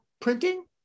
printing